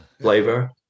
flavor